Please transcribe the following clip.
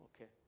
Okay